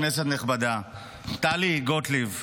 כנסת נכבדה, טלי גוטליב,